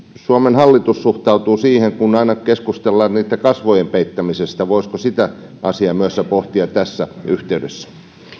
suomen hallitus suhtautuu siihen kun aina keskustellaan siitä kasvojen peittämisestä voisiko sitä asiaa pohtia myös tässä yhteydessä